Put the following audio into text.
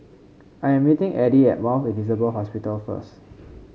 I'm meeting Addie at Mount Elizabeth Hospital first